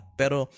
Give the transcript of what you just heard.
pero